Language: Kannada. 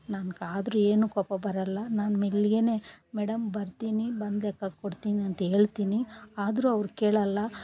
ನನ್ಗೆ ಆದರೂ ಏನು ಕೋಪ ಬರಲ್ಲ ನಾನು ಮೆಲ್ಲಗೆ ಮೇಡಮ್ ಬರ್ತೀನಿ ಬಂದು ಲೆಕ್ಕ ಕೊಡ್ತೀನಿ ಅಂತ ಹೇಳ್ತಿನಿ ಆದರು ಅವ್ರು ಕೇಳಲ್ಲ